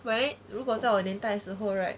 喂如果在我年代的时候 right